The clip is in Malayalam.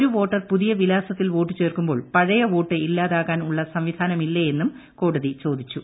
ഒരു വോട്ടർ പുതിയ വിലാസത്തിൽ വോട്ട് ചേർക്കുമ്പോൾ പഴയ വോട്ട് ഇല്ലാതാകാൻ ഉള്ള സംവിധാനം ഇല്ലേ എന്നും കോടതി ചോദിച്ചു